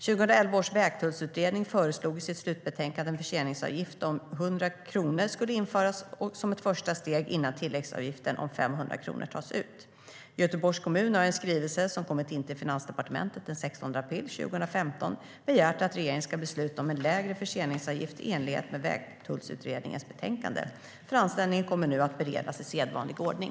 2011 års vägtullsutredning föreslog i sitt slutbetänkande att en förseningsavgift om 100 kronor skulle införas som ett första steg innan tilläggsavgiften om 500 kronor tas ut. Göteborgs kommun har i en skrivelse, som kommit in till Finansdepartementet den 16 april 2015, begärt att regeringen ska besluta om en lägre förseningsavgift i enlighet med Vägtullsutredningens betänkande. Framställningen kommer nu att beredas i sedvanlig ordning.